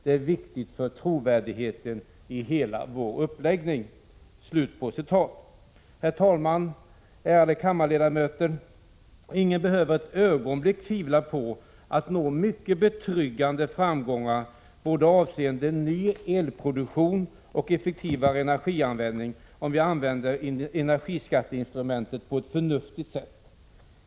Det är viktigt för trovärdigheten i hela vår uppläggning.” Herr talman, ärade kammarledamöter! Ingen behöver ett ögonblick tvivla på att vi kan nå mycket betryggande framgångar, avseende både ny elproduktion och effektivare energianvändning, om vi använder energiskatteinstrumentet på ett förnuftigt sätt.